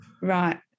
Right